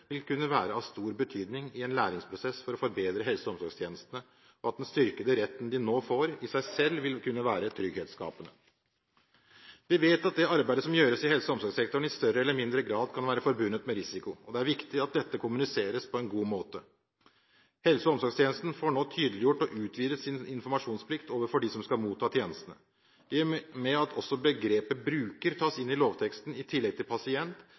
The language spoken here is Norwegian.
vil kunne være av stor betydning i en læringsprosess for å forbedre helse- og omsorgstjenestene, og at den styrkede retten de nå får, i seg selv vil kunne være trygghetsskapende. Vi vet at det arbeidet som gjøres i helse- og omsorgssektoren, i større eller mindre grad kan være forbundet med risiko, og det er viktig at dette kommuniseres på en god måte. Helse- og omsorgstjenesten får nå tydeliggjort og utvidet sin informasjonsplikt overfor de som skal motta tjenestene. I og med at begrepet «bruker» tas inn i lovteksten i tillegg til